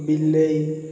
ବିଲେଇ